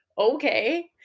okay